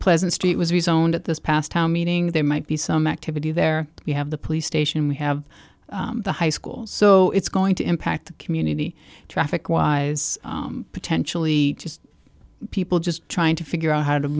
pleasant street was rezoned at this past town meeting there might be some activity there you have the police station we have the high school so it's going to impact the community traffic wise potentially just people just trying to figure out how to